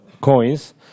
coins